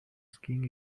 skiing